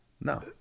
No